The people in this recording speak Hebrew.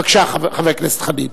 בבקשה, חבר הכנסת חנין.